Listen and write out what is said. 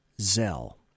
zell